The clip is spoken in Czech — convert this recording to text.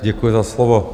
Děkuji za slovo.